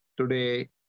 today